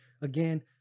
again